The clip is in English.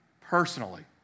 personally